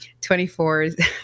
24